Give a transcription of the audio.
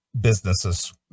businesses